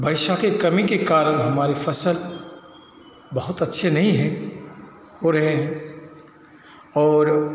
वर्षा के कमी के कारण हमारी फसल बहुत अच्छे नहीं हैं हो रहे हैं और